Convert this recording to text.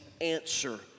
answer